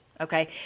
Okay